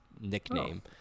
nickname